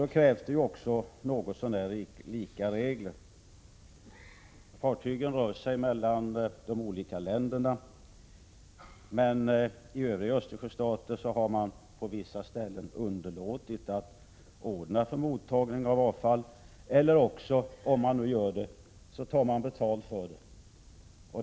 Då krävs det också något så när lika regler. Fartygen rör sig mellan de olika länderna. I övriga Östersjöstater har man dock på vissa ställen underlåtit att ordna för mottagning av avfall, eller också tar man betalt för att ta emot avfallet.